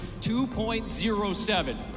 2.07